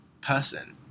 person